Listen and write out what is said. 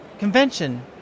convention